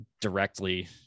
directly